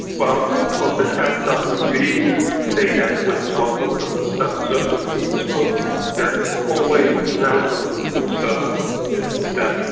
well, of course, but that doesn't really say that with one hundred per cent certainty, so there is always an element of uncertainty yeah in that,